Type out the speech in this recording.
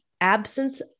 absence